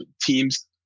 teams